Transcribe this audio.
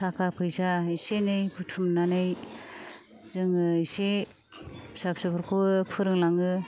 थाखा फैसा एसे एनै बुथुमनानै जोङो एसे फिसा फिसौफोरखौबो फोरोंलाङो